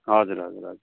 हजुर हजुर हजुर